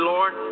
Lord